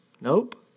nope